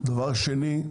דבר שני,